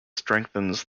strengthens